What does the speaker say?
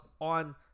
on